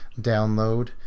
download